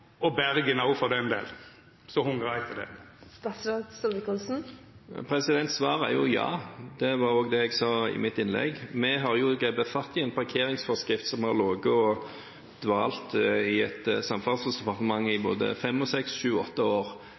òg Bergen, som hungrar etter det. Svaret er ja, det var det jeg sa i mitt innlegg. Vi har grepet fatt i en parkeringsforskrift som har ligget i dvale i et samferdselsdepartement i både fem, seks, syv og åtte år.